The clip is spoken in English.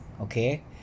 okay